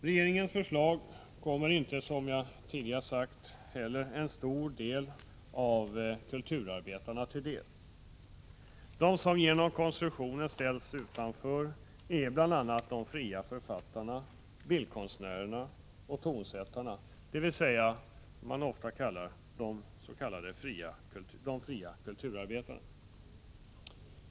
Regeringens förslag kommer, som jag tidigare sagt, inte en stor del av kulturarbetarna till del. De som genom konstruktionen ställs utanför är bl.a. de fria författarna, bildkonstnärerna och tonsättarna, dvs. de som ofta kallas de fria kulturarbetarna.